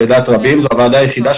וכך לדעת רבים שבאמת